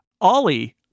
Ollie